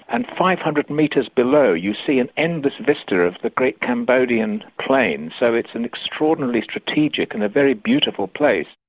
and five hundred metres below you see an endless vista of the great cambodian plain, so it's an extraordinarily strategic and a very beautiful place.